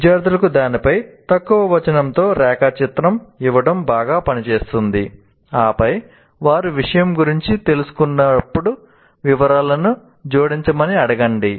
విద్యార్థులకు దానిపై తక్కువ వచనంతో రేఖాచిత్రం ఇవ్వడం బాగా పనిచేస్తుంది ఆపై వారు విషయం గురించి తెలుసుకున్నప్పుడు వివరాలను జోడించమని అడగండి